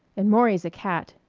and maury's a cat.